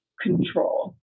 control